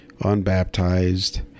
unbaptized